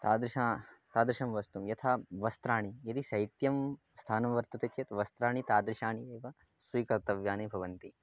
तादृशं तादृशं वस्तुं यथा वस्त्राणि यदि शैत्यं स्थानं वर्तते चेत् वस्त्राणि तादृशानि एव स्वीकर्तव्यानि भवन्ति